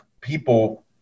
people